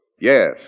Yes